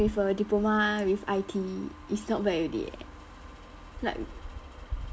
with a diploma with I_T it's not bad already eh like